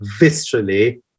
viscerally